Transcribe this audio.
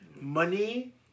money